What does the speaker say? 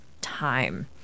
time